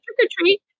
trick-or-treat